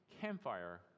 campfire